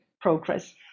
progress